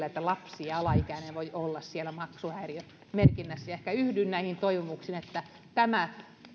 että lapsi alaikäinen voi olla siellä maksuhäiriömerkinnässä ja ehkä yhdyn näihin toivomuksiin että tämä